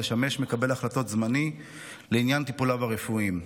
לשמש מקבל החלטות זמני לעניין טיפוליו הרפואיים.